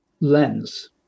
lens